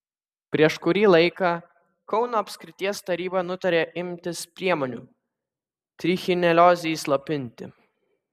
prieš kurį laiką kauno apskrities taryba nutarė imtis priemonių trichineliozei slopinti